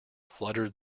fluttered